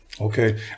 Okay